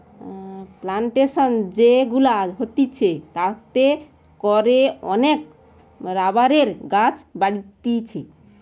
plantation যে গুলা হতিছে তাতে করে অনেক রাবারের গাছ বাড়তিছে